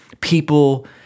people